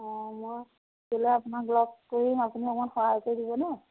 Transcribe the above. অঁ মই গ'লে আপোনাক লগ কৰিম আপুনি অকণমান সহায় কৰি দিব নে